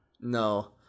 No